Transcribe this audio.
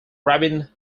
rabin